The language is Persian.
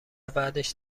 بعدش